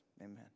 Amen